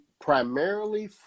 primarily